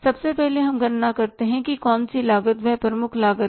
सबसे पहले हम गणना करते हैं कि कौन सी लागत वह प्रमुख लागत है